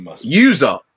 User